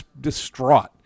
distraught